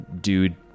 Dude